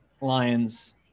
Lions